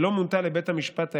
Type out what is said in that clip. שלא מונתה לבית המשפט העליון,